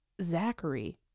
Zachary